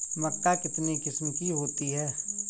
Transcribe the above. मक्का कितने किस्म की होती है?